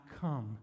come